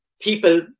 People